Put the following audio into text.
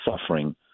suffering